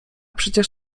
przecież